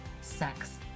sex